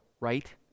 right